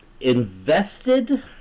invested